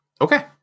Okay